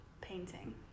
painting